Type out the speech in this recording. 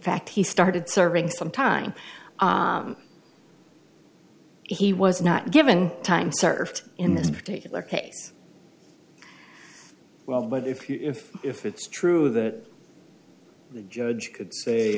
fact he started serving some time he was not given time served in this particular case well but if if it's true that the judge could say